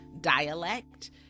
dialect